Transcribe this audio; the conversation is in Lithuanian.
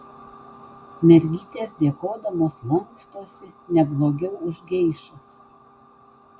mergytės dėkodamos lankstosi ne blogiau už geišas